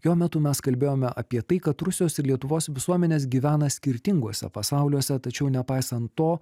jo metu mes kalbėjome apie tai kad rusijos ir lietuvos visuomenės gyvena skirtinguose pasauliuose tačiau nepaisant to